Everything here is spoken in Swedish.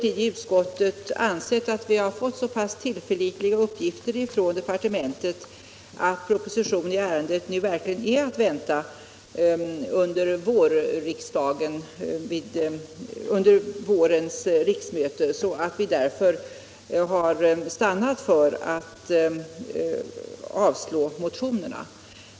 I utskottet har vi emellertid nu fått så pass tillförlitliga uppgifter av departementet om att proposition i ärendet verkligen är att vänta under vårens riksmöte, att vi har stannat för att avstyrka motionerna.